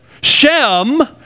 Shem